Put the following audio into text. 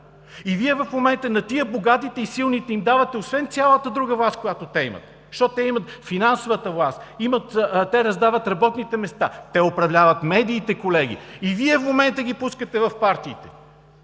И Вие в момента на тези – богатите и силните, им давате, освен цялата друга власт, която имат, защото те имат финансовата власт, раздават работните места, управляват медиите, колеги, и Вие в момента ги пускате в партиите!